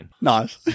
Nice